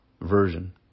version